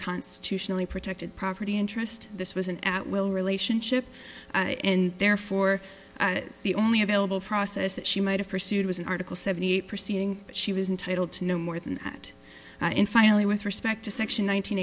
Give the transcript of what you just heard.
constitutionally protected property interest this was an at will relationship and therefore the only available process that she might have pursued was an article seventy eight proceeding she was entitled to know more than that in finally with respect to section